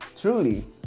truly